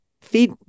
feed